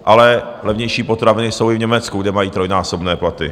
Ale levnější potraviny jsou i v Německu, kde mají trojnásobné platy.